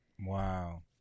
wow